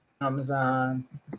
Amazon